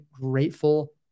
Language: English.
grateful